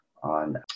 on